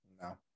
no